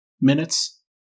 minutes